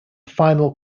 final